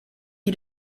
you